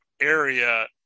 area